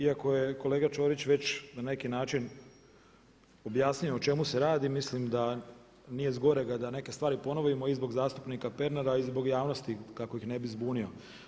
Iako je kolega Ćorić već na neki način objasnio o čemu se radi mislim da nije s gorega da neke stvari ponovimo i zbog zastupnika Pernara i zbog javnosti kako ih ne bi zbunio.